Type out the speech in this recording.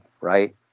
right